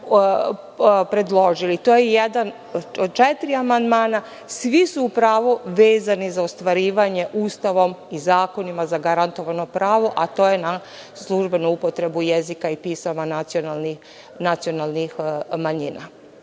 predložile. To je jedan od četiri amandmana, a svi su upravo vezani za ostvarivanje Ustavom i zakonom zagarantovanih prava, a to je službena upotreba jezika i pisma nacionalnih manjina. Rekla